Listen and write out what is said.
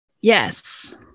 yes